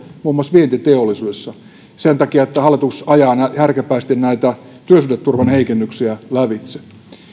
muun muassa vientiteollisuudessa sen takia että hallitus ajaa härkäpäisesti näitä työsuhdeturvan heikennyksiä lävitse